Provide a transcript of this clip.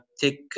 take